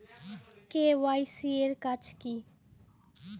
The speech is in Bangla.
কে.ওয়াই.সি এর কাজ কি?